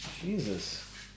Jesus